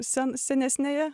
sen senesniąją